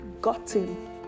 gotten